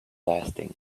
lasting